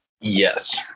yes